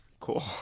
Cool